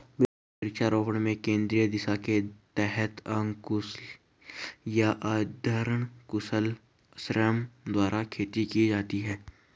वृक्षारोपण में केंद्रीय दिशा के तहत अकुशल या अर्धकुशल श्रम द्वारा खेती की जाती है